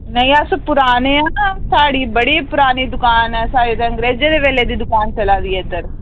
नेईं अस पुराने आं साढ़ी बड़ी पुरानी दूकान ऐ साढ़ी ते अंग्रेजें दे बेल्लै दी दूकान चलाै दी ऐ इद्धर